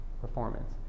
performance